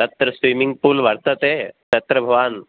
तत्र swimming pool वर्तते तत्र भवान्